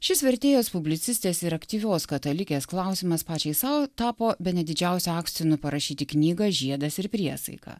šis vertėjos publicistės ir aktyvios katalikės klausimas pačiai sau tapo bene didžiausiu akstinu parašyti knygą žiedas ir priesaika